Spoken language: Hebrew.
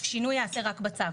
השינוי יעשה רק בצו